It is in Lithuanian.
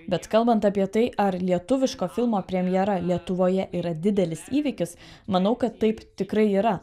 bet kalbant apie tai ar lietuviško filmo premjera lietuvoje yra didelis įvykis manau kad taip tikrai yra